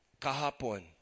Kahapon